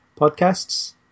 podcasts